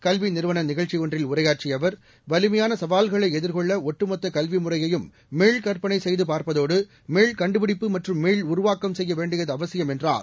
கல்வி நிறுவன நிகழ்ச்சி ஒன்றில் உரையாற்றிய அவர் வலிமையான சவால்களை எதிர்கொள்ள ஒட்டுமொத்த கல்விமுறையையும் மீள்கற்பளை செய்து பார்ப்பதோடு மீள் கண்டுபிடிப்பு மற்றும் மீள் உருவாக்கம் செய்ய வேண்டியது அவசியம் என்றார்